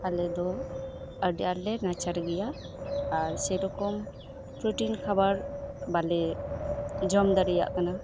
ᱟᱞᱮ ᱫᱚ ᱟᱹᱰᱤ ᱟᱴ ᱞᱮ ᱱᱟᱪᱟᱨ ᱜᱮᱭᱟ ᱟᱨ ᱥᱮᱨᱚᱠᱚᱢ ᱯᱨᱚᱴᱤᱱ ᱠᱷᱟᱵᱟᱨ ᱵᱟᱞᱮ ᱡᱚᱢ ᱫᱟᱲᱮᱭᱟᱜ ᱠᱟᱱᱟ